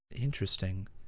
Interesting